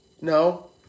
No